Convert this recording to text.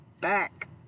back